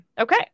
Okay